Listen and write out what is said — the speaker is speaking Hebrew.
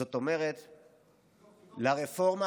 תבדוק את הסקר שלך.